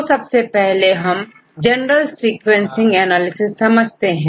तो सबसे पहले इस क्लास में हम डेटाबेस समझते हैं